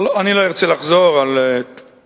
אני לא ארצה לחזור על הנתונים.